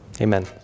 amen